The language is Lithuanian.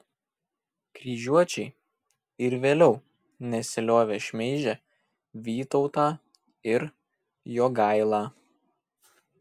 kryžiuočiai ir vėliau nesiliovė šmeižę vytautą ir jogailą